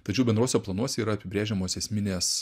tačiau bendruose planuose yra apibrėžiamos esminės